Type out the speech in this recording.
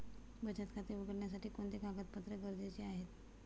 बचत खाते उघडण्यासाठी कोणते कागदपत्रे गरजेचे आहे?